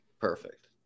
Perfect